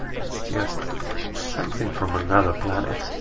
that's just something from another planet.